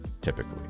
typically